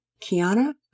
Kiana